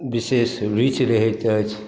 विशेष रूचि रहैत अछि